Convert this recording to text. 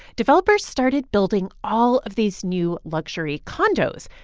developers started building all of these new luxury condos.